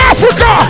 Africa